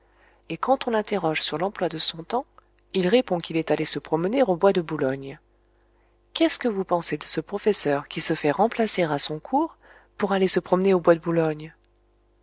et quand on l'interroge sur l'emploi de son temps il répond qu'il est allé se promener au bois de boulogne qu'est-ce que vous pensez de ce professeur qui se fait remplacer à son cours pour aller se promener au bois de boulogne